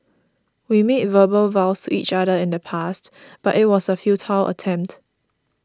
we made verbal vows to each other in the past but it was a futile attempt